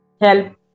help